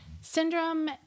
Syndrome